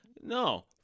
No